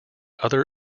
other